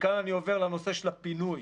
מכאן אני עובר לנושא של הפינוי.